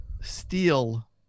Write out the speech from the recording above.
steal